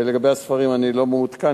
לגבי הספרים, אני לא מעודכן.